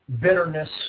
bitterness